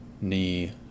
knee